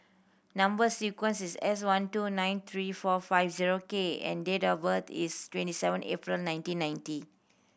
number sequence is S one two nine three four five zero K and date of birth is twenty seven April nineteen ninety